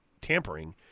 tampering